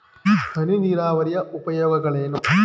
ಹನಿ ನೀರಾವರಿಯ ಉಪಯೋಗಗಳೇನು?